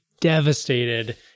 devastated